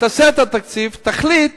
תעשה את התקציב ותחליט